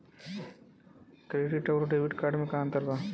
Credit अउरो debit card मे का अन्तर बा?